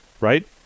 right